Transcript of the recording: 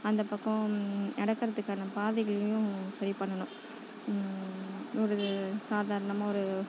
அந்த பக்கம் நடக்கிறதுக்கான பாதைகளையும் சரி பண்ணணும் ஒரு சாதாரணமாக ஒரு